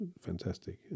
fantastic